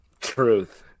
Truth